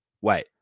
Wait